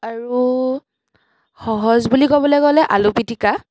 আৰু সহজ বুলি ক'বলৈ গ'লে আলু পিটিকা